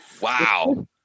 wow